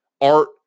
art